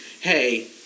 hey